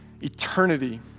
eternity